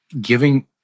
giving